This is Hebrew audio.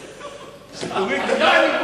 לנשק לי את הרגליים.